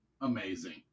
amazing